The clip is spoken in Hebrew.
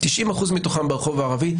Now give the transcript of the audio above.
ברחוב הערבי.